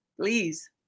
Please